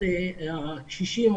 ומבחינתה קשישים,